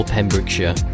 Pembrokeshire